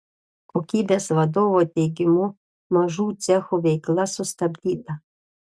kokybės vadovo teigimu mažų cechų veikla sustabdyta